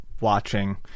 watching